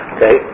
Okay